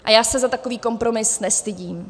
A já se za takový kompromis nestydím.